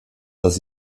dass